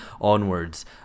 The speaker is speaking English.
onwards